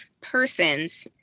persons